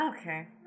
Okay